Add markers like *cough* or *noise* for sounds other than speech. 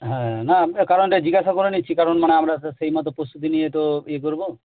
হ্যাঁ না *unintelligible* কারণটা জিজ্ঞাসা করে নিচ্ছি কারণ মানে আমরা তো সেই মতো প্রস্তুতি নিয়ে তো ইয়ে করব